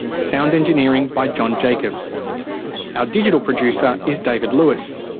sound engineering by john jacobs our digital producer is david lewis.